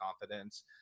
confidence